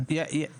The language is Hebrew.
ויש לי תחושה,